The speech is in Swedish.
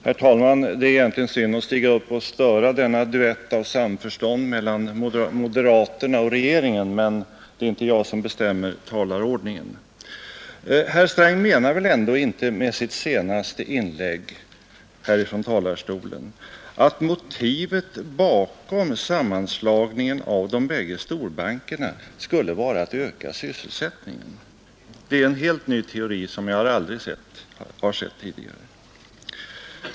Herr talman! Egentligen är det synd att stiga upp här och störa denna duett av samförstånd mellan moderaterna och regeringen, men det är inte jag som bestämmer talarordningen. Herr Sträng menar väl ändå inte med sitt senaste inlägg från denna talarstol att motiven bakom sammanslagningen av de två storbankerna skulle vara att öka sysselsättningen? Det är i så fall en helt ny teori, som jag aldrig har hört tidigare.